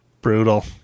Brutal